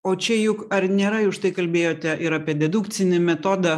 o čia juk ar nėra jūs štai kalbėjote ir apie dedukcinį metodą